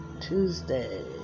tuesday